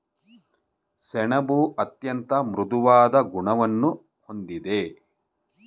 ಸೆಣಬು ಅತ್ಯಂತ ಮೃದುವಾದ ಗುಣವನ್ನು ಹೊಂದಿದೆ